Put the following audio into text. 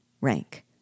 Rank